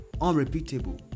unrepeatable